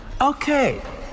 Okay